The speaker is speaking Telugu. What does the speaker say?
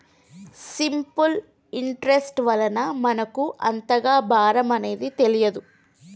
సింపుల్ ఇంటరెస్ట్ వలన మనకు అంతగా భారం అనేది తెలియదు